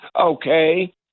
okay